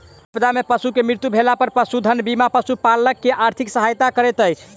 आपदा में पशु के मृत्यु भेला पर पशुधन बीमा पशुपालक के आर्थिक सहायता करैत अछि